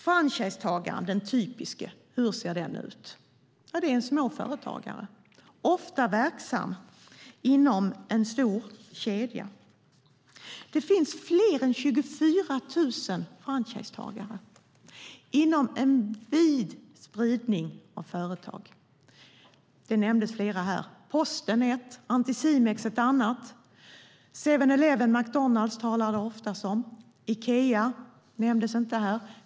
Hur ser den typiske franchisetagaren ut? Jo, det är en småföretagare, ofta verksam inom en stor kedja. Det finns fler än 24 000 franchisetagare inom en vid spridning av företag. Det nämndes flera här. Posten är ett, Anticimex ett annat. 7-Eleven och McDonalds talas det ofta om. Ikea nämndes inte här.